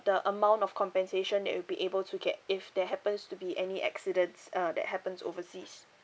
the amount of compensation that will be able to get if there happens to be any accidents uh that happens overseas